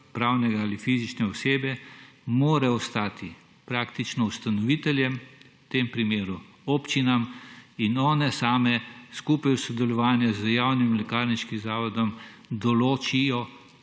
pravne ali fizične osebe, praktično mora ostati ustanoviteljem, v tem primeru občinam, in one same skupaj v sodelovanju z javnim lekarniškim zavodom določijo,